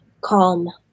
calm